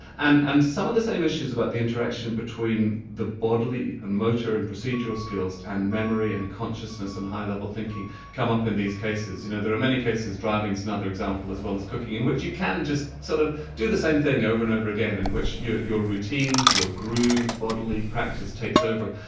and and some of the same issues about the interaction between the bodily, motor and procedural skills and memory and consciousness and high level thinking come up in these cases. you know there are many cases, driving's another example as well as cooking, in which you can just sort of do the same thing over and over again, in which your your routines, your grooved bodily practice takes over.